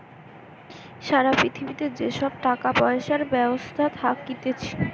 সারা পৃথিবীতে যে সব টাকা পয়সার ব্যবস্থা থাকতিছে